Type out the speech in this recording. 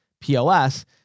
POS